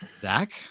Zach